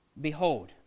Behold